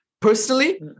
Personally